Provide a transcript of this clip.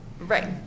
right